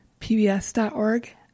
pbs.org